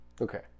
Okay